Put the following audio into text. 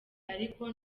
ariko